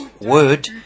Word